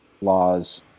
laws